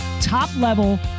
top-level